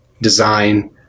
design